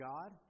God